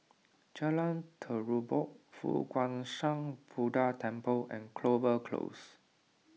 Jalan Terubok Fo Guang Shan Buddha Temple and Clover Close